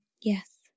Yes